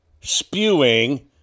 spewing